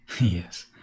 Yes